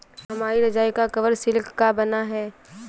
हमारी रजाई का कवर सिल्क का बना है